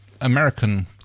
American